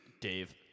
Dave